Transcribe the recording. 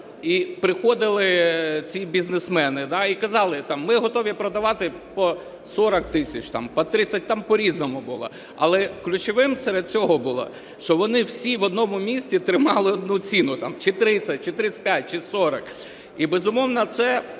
і приходили ці бізнесмени, і казали, ми готові продавати по 40 тисяч, по 30, там по-різному було. Але ключовим серед цього було, що вони всі в одному місці тримали одну ціну: чи 30, чи 35, чи 40. І, безумовно,